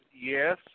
yes